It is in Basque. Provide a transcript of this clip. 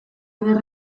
eder